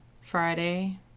Friday